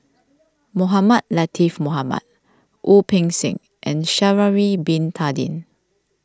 Mohamed Latiff Mohamed Wu Peng Seng and Sha'ari Bin Tadin